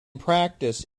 practice